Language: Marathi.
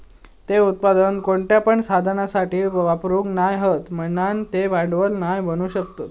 ते उत्पादन कोणत्या पण साधनासाठी वापरूक नाय हत म्हणान ते भांडवल नाय बनू शकत